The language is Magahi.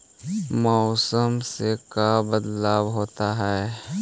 मौसम से का बदलाव होता है?